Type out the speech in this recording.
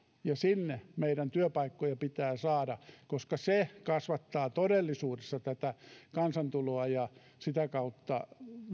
ja sinne meidän työpaikkoja pitää saada koska se kasvattaa todellisuudessa tätä kansantuloa ja sitä kautta